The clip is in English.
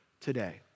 today